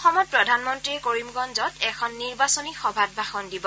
অসমত প্ৰধানমন্ত্ৰীয়ে কৰিমগঞ্জত এখন নিৰ্বাচনী সভাত ভাষণ দিব